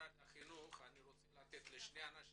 אני רוצה לתת לשני אנשים